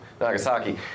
Nagasaki